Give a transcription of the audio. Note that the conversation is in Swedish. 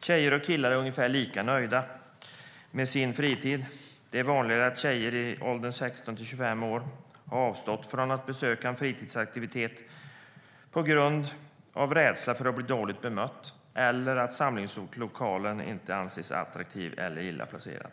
Tjejer och killar är ungefär lika nöjda med sin fritid, men det är vanligare att tjejer i åldern 16-24 år har avstått från att delta i en fritidsaktivitet av rädsla för att bli dåligt bemötta eller för att samlingslokalen anses oattraktiv eller illa placerad.